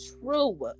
true